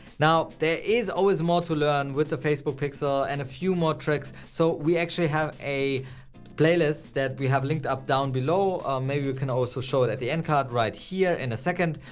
now there is always more to learn with the facebook pixel and a few more tricks. so we actually have a playlist that we have linked up down below. maybe we can also show it at the end card right here in a second,